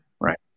Right